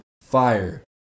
fire